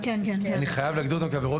אני חייב להגדיר אותן כעבירות פליליות.